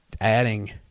Adding